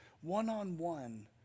one-on-one